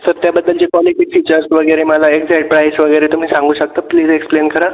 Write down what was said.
sir त्याबद्दलचे quality features वगैरे मला एक्झॅक्ट प्राईस वगैरे तुम्ही सांगू शकता प्लीज एक्सप्लेन करा